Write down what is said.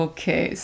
Okay